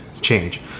change